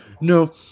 No